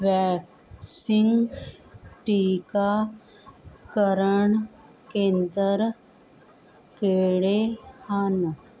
vaccine ਟੀਕਾਕਰਨ ਕੇਂਦਰ ਕਿਹੜੇ ਹਨ